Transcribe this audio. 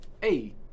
hey